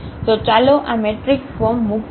તો ચાલો આ મેટ્રિક્સ ફોર્મ મૂકીએ